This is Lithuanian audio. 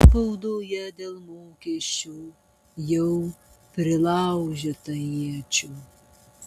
spaudoje dėl mokesčių jau prilaužyta iečių